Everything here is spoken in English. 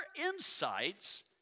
insights